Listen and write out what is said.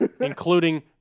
Including